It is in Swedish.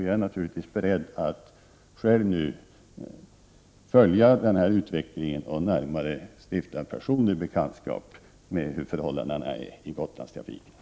Jag är naturligtvis beredd att själv följa utvecklingen och närmare stifta personlig bekantskap med förhållandena inom Gotlandstrafiken.